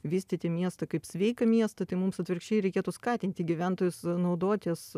vystyti miestą kaip sveiką miestą tai mums atvirkščiai reikėtų skatinti gyventojus naudotis